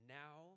now